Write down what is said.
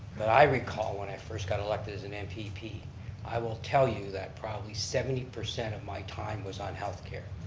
but i recall when i first got elected as and an mpp, i will tell you that probably seventy percent of my time was on healthcare.